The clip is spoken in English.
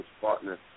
partner